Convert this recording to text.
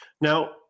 Now